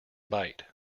bite